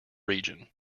region